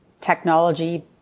technology